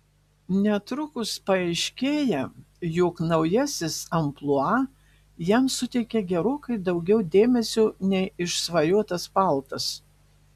netrukus paaiškėja jog naujasis amplua jam suteikia gerokai daugiau dėmesio nei išsvajotas paltas